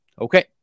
Okay